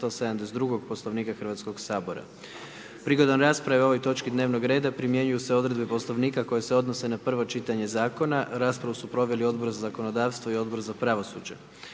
190. Poslovnika Hrvatskog sabora. Prigodom rasprave o ovoj točki dnevnog reda, primjenjuju se odredbe poslovnika koji se odnose na drugo čitanje zakona. Amandman i se mogu podnositi do kraja rasprave,